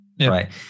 Right